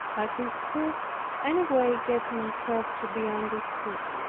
i could scarce any way get myself to be understood.